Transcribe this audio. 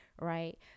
right